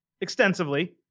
extensively